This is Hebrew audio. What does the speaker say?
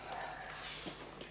הישיבה ננעלה בשעה 13:39.